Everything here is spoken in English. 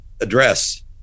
Address